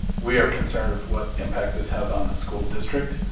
we are concerned with what impact this has on the school district.